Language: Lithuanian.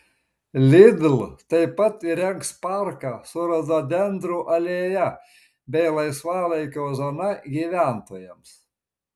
lidl taip pat įrengs parką su rododendrų alėja bei laisvalaikio zona gyventojams